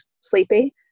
sleepy